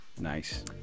Nice